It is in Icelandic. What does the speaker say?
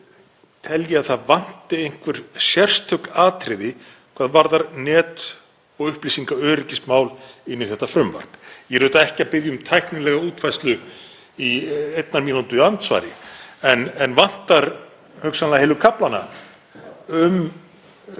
telji að það vanti einhver sérstök atriði hvað varðar net- og upplýsingaöryggismál inn í þetta frumvarp. Ég er ekki að biðja um tæknilega útfærslu í einnar mínútu andsvari, en vantar hugsanlega heilu kaflana um það